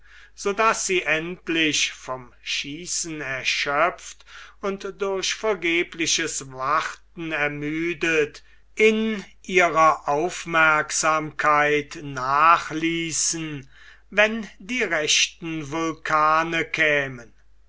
daß sie endlich vom schießen erschöpft und durch vergebliches warten ermüdet in ihrer aufmerksamkeit nachließen wenn die rechten vulkane kämen